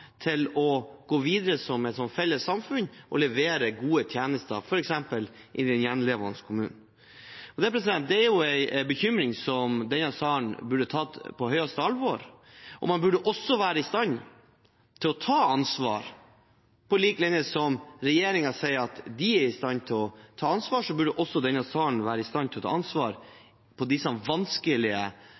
til å gå videre som et felles samfunn og levere gode tjenester, f.eks. i den gjenværende kommunen. Det er en bekymring som denne salen burde ta på det høyeste alvor, og man burde også være i stand til å ta ansvar – på lik linje med at regjeringen sier at de er i stand til å ta ansvar, burde også denne salen være i stand til å ta ansvar for disse vanskelige